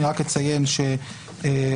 אני רק אציין שלמעלה,